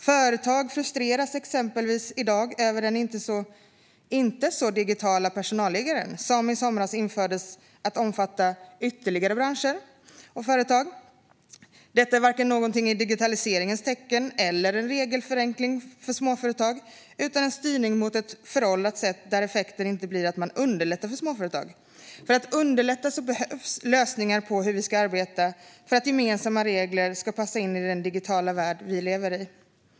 Företag frustreras i dag över till exempel den digitala personalliggaren som i somras infördes och som omfattade ytterligare branscher och företag. Detta är varken något i digitaliseringens tecken eller en regelförenkling för småföretag utan en styrning mot ett föråldrat sätt där effekten inte blir att man underlättar för småföretag. För att underlätta behövs lösningar på hur vi ska arbeta för att gemensamma regler ska passa in i den digitala värld som vi lever i.